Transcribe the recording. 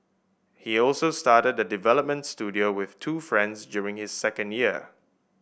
he also started a development studio with two friends during his second year